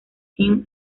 team